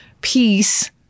peace